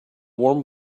warm